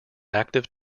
active